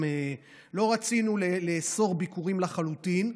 לא רצינו לאסור ביקורים לחלוטין,